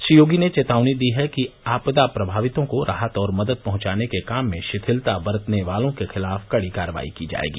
श्री योगी ने चेतावनी दी है कि आपदा प्रमावितों को राहत और मदद पहुंचाने के काम में शिथिलता बरतने वालों के खिलाफ कड़ी कार्रवाई की जायेगी